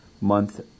month